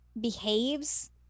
behaves